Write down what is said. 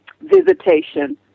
visitation